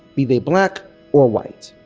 be they black or white.